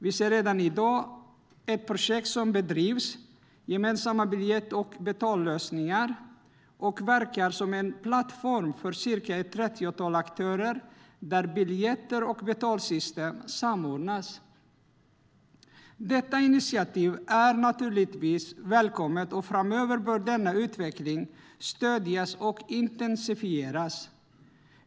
Vi ser redan i dag ett projekt, Gemensamma biljett och betallösningar, som verkar som en plattform för ett trettiotal aktörer där biljetter och betalsystem samordnas. Detta initiativ är välkommet, och framöver bör denna utveckling stödjas och intensifieras.